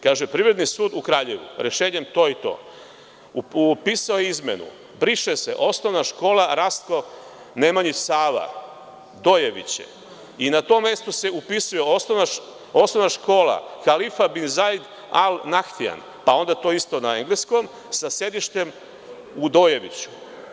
Kaže - Privredni sud u Kraljevu, rešenjem to i to, upisao izmenu – briše se osnovna škola „Rastko Nemanjić Sava“, Dojeviće, i na tom mestu se upisuje osnovna škola „Kalifa Binzaid Al Nahtjan“, pa onda to isto na engleskom, sa sedištem u Dojeviću.